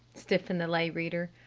stiffened the lay reader.